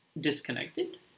disconnected